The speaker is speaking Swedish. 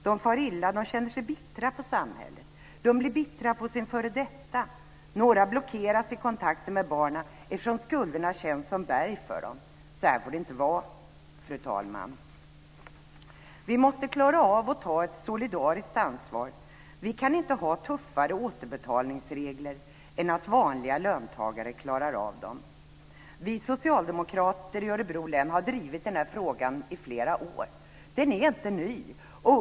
De far illa, och de känner sig bittra på samhället. De blir bittra på sin före detta. Några blockeras i kontakten med barnen, eftersom skulderna känns som berg för dem. Så här får det inte vara, fru talman. Vi måste klara av att ta ett solidariskt ansvar. Vi kan inte ha tuffare återbetalningsregler än att vanliga löntagare klarar av dem. Vi socialdemokrater i Örebro län har drivit den här frågan i flera år. Den är inte ny.